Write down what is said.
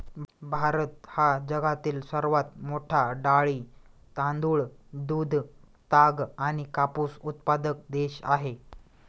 भारत हा जगातील सर्वात मोठा डाळी, तांदूळ, दूध, ताग आणि कापूस उत्पादक देश आहे